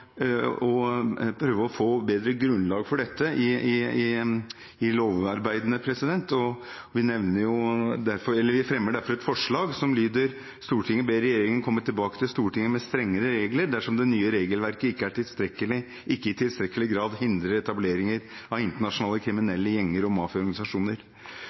få et bedre grunnlag for dette i lovarbeidene, og vi fremmer derfor et forslag som lyder: «Stortinget ber regjeringen komme tilbake til Stortinget med strengere regler dersom det nye regelverket ikke i tilstrekkelig grad hindrer etableringer av internasjonale kriminelle gjenger og